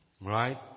Right